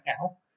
now